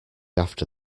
after